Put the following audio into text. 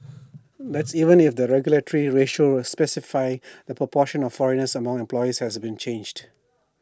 that's even if the regulatory ratio specifying the proportion of foreigners among employees has been changed